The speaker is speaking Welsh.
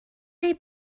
neu